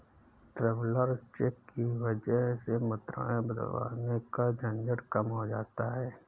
traveller cheque की वजह से मुद्राएं बदलवाने का झंझट कम हो जाता है